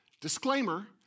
Disclaimer